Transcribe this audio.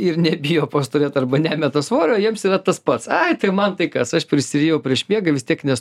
ir nebijo pastorėt arba nemeta svorio jiems yra tas pats ai tai man tai kas aš prisirijau prieš miegą vis tiek nes